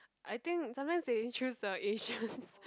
I think sometimes they choose the Asians